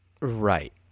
Right